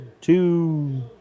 two